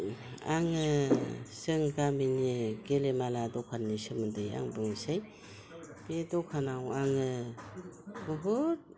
आङो जों गामिनि गेलामाला दखाननि सोमोन्दै एसे बुंनोसै बे दखानाव आङो बहुद